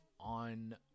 on